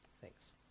Thanks